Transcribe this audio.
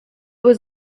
was